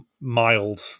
mild